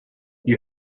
you